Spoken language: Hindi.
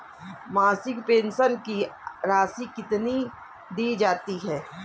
मासिक पेंशन की राशि कितनी दी जाती है?